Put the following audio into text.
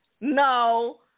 no